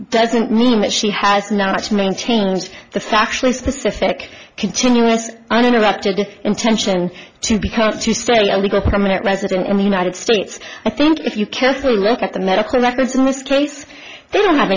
doesn't mean that she has not changed the factually specific continuous uninterrupted intention to become to say a legal permanent resident in the united states i think if you carefully look at the medical records in this case they don't have